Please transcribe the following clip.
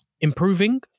improving